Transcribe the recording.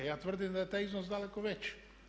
Ja tvrdim da je taj iznos daleko veći.